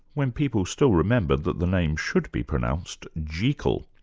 when people still remembered that the name should be pronounced jeekyll.